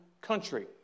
country